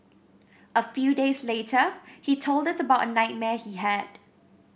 a few days later he told us about a nightmare he had